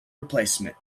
replacement